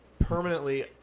permanently